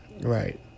Right